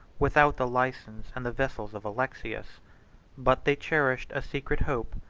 without the license and the vessels of alexius but they cherished a secret hope,